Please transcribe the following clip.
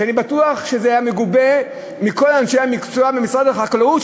שאני בטוח שהיו מגובים בכל אנשי המקצוע במשרד החקלאות,